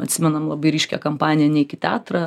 atsimenam labai ryškią kampaniją neik į teatrą